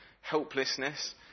helplessness